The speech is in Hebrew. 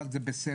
אבל זה בסדר.